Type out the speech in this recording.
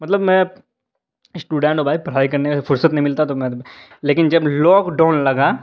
مطلب میں اسٹوڈنٹ ہوں بھائی پڑھائی کرنے فرصت نہیں ملتا تو میں لیکن جب لوک ڈون لگا